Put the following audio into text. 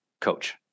coach